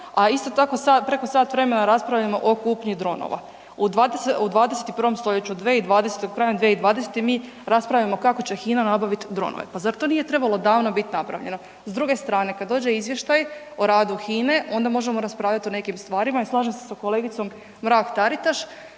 a isto tako preko sat vremena raspravljamo o kupnji dronova U 21. stoljeću 2020. krajem 2020. mi raspravljamo kako će HINA napraviti dronove. Pa zar to nije trebalo biti napravljeno? S druge strane kada dođe izvještaj o radu HINA-e onda možemo raspravljati o nekim stvarima i slažem se sa kolegicom Mrak Taritaš